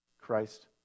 Christ